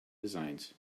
designs